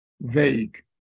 vague